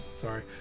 sorry